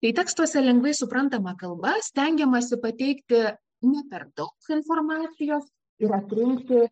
tai tekstuose lengvai suprantama kalba stengiamasi pateikti ne per daug informacijos ir atrinkti